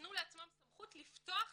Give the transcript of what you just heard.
נתנו לעצמם סמכות לפתוח